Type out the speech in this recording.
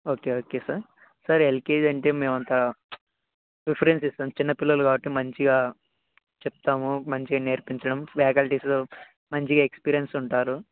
okay okay sir sir LKG అంటే మేమంత preference ఇస్తాం చిన్నపిల్లలు కాబట్టి మంచిగా చెప్తాము మంచిగా నేర్పించడం ఫ్యాకల్టీస్ మంచిగా ఎక్స్పీరియన్స్ ఉంటారు